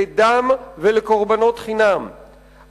לדם ולקורבנות חינם.